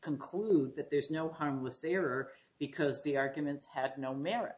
conclude that there's no harmless error because the arguments had no merit